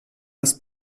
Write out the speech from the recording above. das